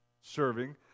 serving